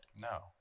No